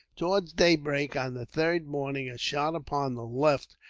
towards daybreak on the third morning a shot upon the left,